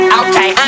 okay